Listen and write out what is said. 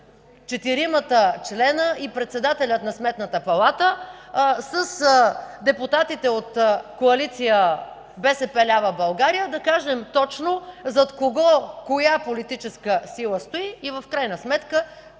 четиримата членове и председателя на Сметната палата, с депутатите от „Коалиция БСП лява България” да кажем точно зад кого коя политическа сила стои и в крайна сметка